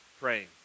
praying